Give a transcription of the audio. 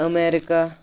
America